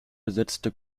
besetzte